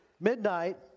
midnight